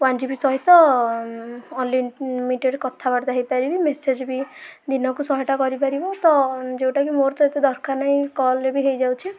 one GB ସହିତ unlimited କଥାବାର୍ତ୍ତା ହେଇପାରିବି ମେସେଜ୍ ବି ଦିନକୁ ଶହେଟା କରିପାରିବ ତ ଯୋଉଟାକି ମୋର ତ ଏତେ ଦରକାର ନାହିଁ କଲ୍ରେ ବି ହେଇଯାଉଛି